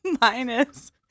Minus